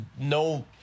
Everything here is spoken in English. no